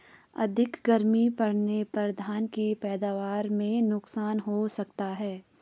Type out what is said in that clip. अधिक गर्मी पड़ने पर धान की पैदावार में नुकसान हो सकता है क्या?